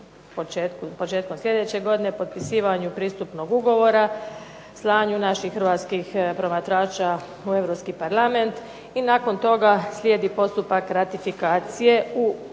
početkom sljedeće godine, potpisivanju pristupnog ugovora, slanju naših hrvatskih promatrača u Europski parlament i nakon toga slijedi postupak ratifikacije u 27